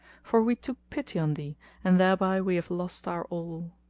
for we took pity on thee and thereby we have lost our all.